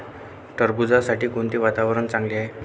टरबूजासाठी कोणते वातावरण चांगले आहे?